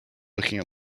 looking